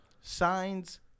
signs